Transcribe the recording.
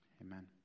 Amen